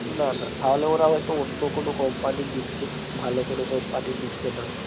না না তাহলে ওরা হয়তো অন্য কোনো কোম্পানির নিচ্ছে ভালো কোনো কোম্পানির নিচ্ছে না